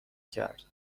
کرد